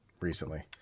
recently